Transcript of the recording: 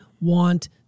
want